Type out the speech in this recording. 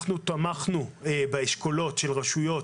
תמכנו באשכולות של רשויות,